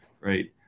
right